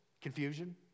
Confusion